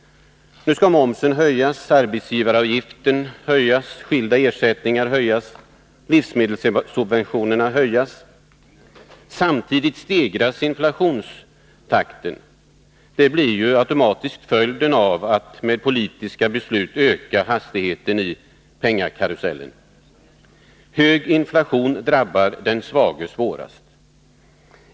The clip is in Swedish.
Nu skall momsen, arbetsgivaravgiften, livsmedelssubventionerna och skilda ersättningar höjas. Samtidigt stegras inflationstakten. Det blir automatiskt följden av att med politiska beslut öka hastigheten i penningkarusellen. Hög inflation drabbar den svage svårast.